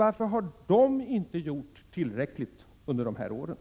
Varför har de då inte gjort tillräckligt under dessa år,